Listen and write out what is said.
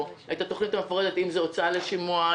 את התוכנית המפורטת אם זה הוצאה לשימוע,